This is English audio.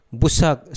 busak